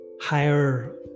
higher